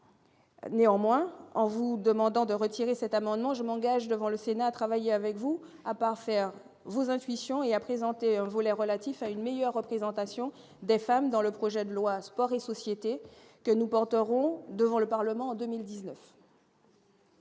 Néanmoins, en vous demandant de retirer cet amendement, je m'engage devant le Sénat, à travailler avec vous à parfaire vos intuitions et a présenté un volet relatif à une meilleure représentation des femmes dans le projet de loi, Sport et société que nous porterons devant le Parlement en 2019.